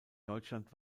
deutschland